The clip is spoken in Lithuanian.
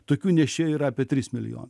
tokių nešėjų yra apie trys milijonai